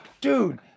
Dude